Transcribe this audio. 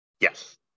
Yes